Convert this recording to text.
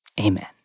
Amen